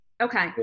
Okay